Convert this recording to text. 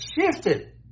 shifted